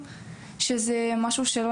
או זיכוי בלימודים או בצורה של ציונים.